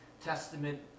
Testament